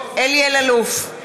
אלי אלאלוף,